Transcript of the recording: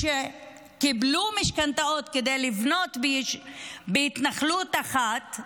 הם קיבלו משכנתאות כדי לבנות בהתנחלות אחת,